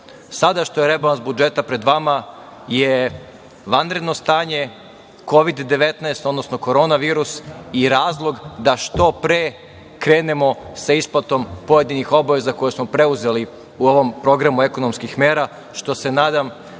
sada što je rebalans budžeta pred vama je vanredno stanje, COVID-19 odnosno Korona virus i razlog da što pre krenemo sa isplatom pojedinih obaveza koje smo preuzeli u ovom programu ekonomskih mera, što se nadam